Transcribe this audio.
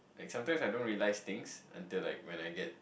like sometimes I don't realize things until like when I get